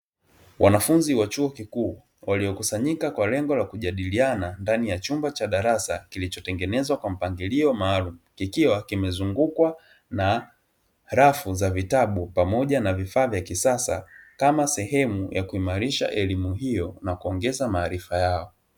Wanafunzi wa chuo kikuu waliokusanyika kwa lengo la kujadiliana ndani ya chumba cha darasa; kilichotengenezwa kwa mpangilio maalum, kikiwa kimezungukwa na rafu za vitabu pamoja na vifaa vya kisasa, kama sehemu ya kuimarisha elimu hiyo na kuongeza maarifa yao.